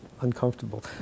uncomfortable